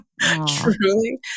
Truly